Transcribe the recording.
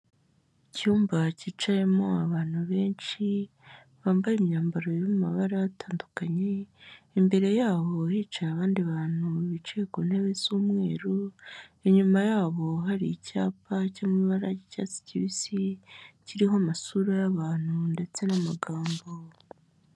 Icyumba cyicayemo abantu benshi bambaye imyambaro yo mu mabara atandukanye, imbere yabo hicaye abandi bantu bicaye ku ntebe z'umweru, inyuma yabo hari icyapa cyo mu ibara ry'icyatsi kibisi kiriho amasura y'abantu ndetse n'amagambo.